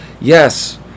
yes